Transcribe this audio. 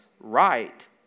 right